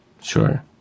sure